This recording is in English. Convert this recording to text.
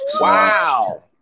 Wow